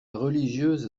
religieuse